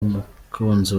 umukunzi